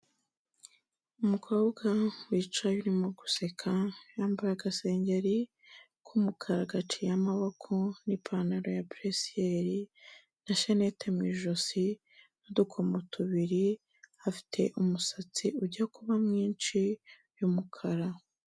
Umukobwa wicaye urimo guseka yambaye agasengeri k'umukara gaciye amaboko n'ipantaro ya buresiyeli na shanete mu ijosi n'udukomo tubiri, afite umusatsi ujya kuba mwinshi y'umukara.